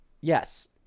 Yes